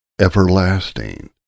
Everlasting